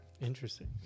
interesting